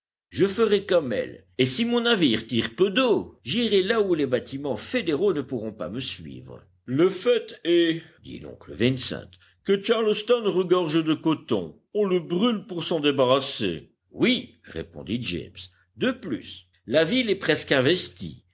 je ferai comme elle et si mon navire tire peu d'eau j'irai là où les bâtiments fédéraux ne pourront pas me suivre le fait est dit l'oncle vincent que charleston regorge de coton on le brûle pour s'en débarrasser oui répondit james de plus la ville est presque investie